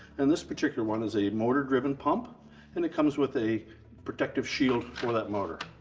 and this particular one is a motor driven pump and it comes with a protective shield for that motor.